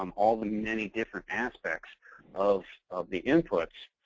um all the many different aspects of of the inputs,